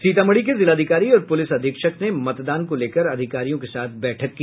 सीतामढ़ी के जिलाधिकारी और पुलिस अधीक्षक ने मतदान को लेकर अधिकारियों के साथ बैठक की